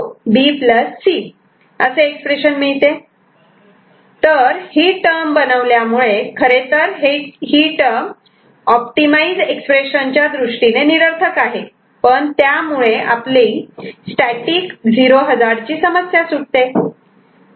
B C असे expression मिळते तर ही टर्म बनवल्यामुळे खरेतर ही टर्म ऑप्टिमाइझ एक्सप्रेशन च्या दृष्टीने निरर्थक आहे पण त्यामुळे आपली स्टॅटिक 0 हजार्ड ची समस्या सुटते